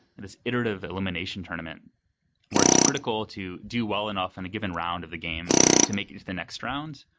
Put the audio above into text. this iterative elimination tournament works critical to do well enough in and a given round of the game to make it to the next round.